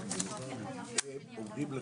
הישיבה ננעלה בשעה 10:00.